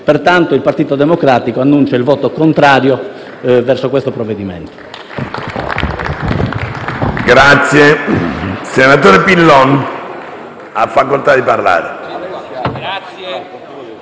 Pertanto, il Partito Democratico annuncia il voto contrario su questo provvedimento.